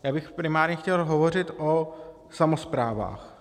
Já bych primárně chtěl hovořit o samosprávách.